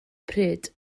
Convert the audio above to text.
pryd